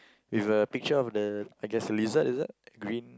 with a picture of the I guess a lizard is it green